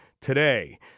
today